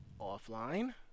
offline